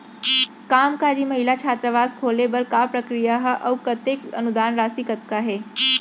कामकाजी महिला छात्रावास खोले बर का प्रक्रिया ह अऊ कतेक अनुदान राशि कतका हे?